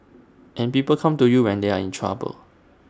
and people come to you when they are in trouble